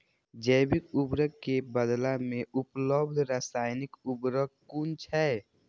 जैविक उर्वरक के बदला में उपलब्ध रासायानिक उर्वरक कुन छै?